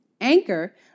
Anchor